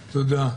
תודה.